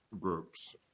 groups